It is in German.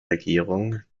regierung